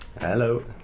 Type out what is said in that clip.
Hello